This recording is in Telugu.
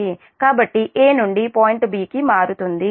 కాబట్టి 'a' నుండి పాయింట్ 'b' కి మారుతుంది